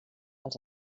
pels